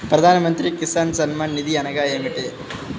ప్రధాన మంత్రి కిసాన్ సన్మాన్ నిధి అనగా ఏమి?